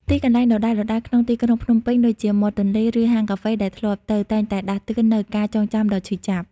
ទីកន្លែងដដែលៗក្នុងទីក្រុងភ្នំពេញ ដូចជាមាត់ទន្លេ ឬហាងកាហ្វេដែលធ្លាប់ទៅ តែងតែដាស់តឿននូវការចងចាំដ៏ឈឺចាប់។